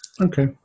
okay